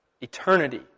Eternity